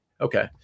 okay